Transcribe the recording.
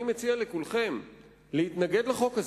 אני מציע לכולם להתנגד לחוק הזה,